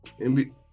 NBA